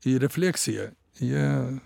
į refleksiją jie